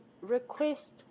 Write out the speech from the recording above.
request